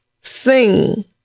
Sing